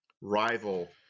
rival